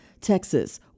Texas